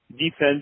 Defense